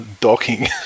docking